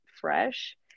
fresh